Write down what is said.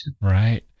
Right